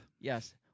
Yes